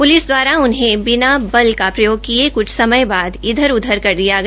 police दवारा उन्हें बिना बल का प्रयोग किये क्छ समय बाद इधर उधर कर दिया गया